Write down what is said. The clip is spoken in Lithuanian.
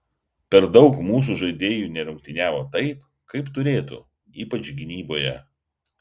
per daug mūsų žaidėjų nerungtyniavo taip kaip turėtų ypač gynyboje